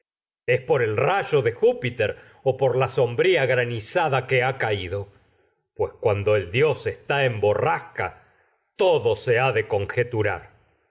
es por el rayo de júpiter o por la sombría granizada que ha caído pues cuando el dios está en borrasca todo se ha de conjeturar